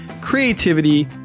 creativity